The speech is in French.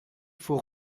faut